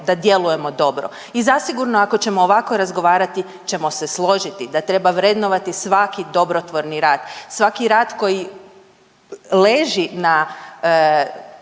da djelujemo dobro i zasigurno, ako ćemo ovako razgovarati ćemo se složiti da treba vrednovati svaki dobrotvorni rad, svaki rad koji leži na